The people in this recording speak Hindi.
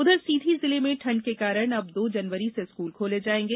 उधर सीधी जिले में ठंड के कारण अब दो जनवरी से स्कूल खोले जायेंगे